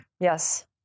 Yes